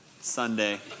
Sunday